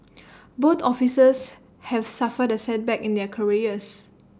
both officers have suffered A setback in their careers